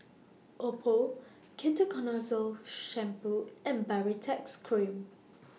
Oppo Ketoconazole Shampoo and Baritex Cream